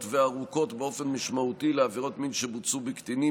וארוכות באופן משמעותי על עבירות מין שבוצעו בקטינים,